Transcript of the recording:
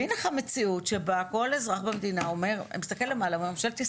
והינה לך מציאות שבה כל אזרח במדינה מסתכל למעלה ואומר: ממשלת ישראל,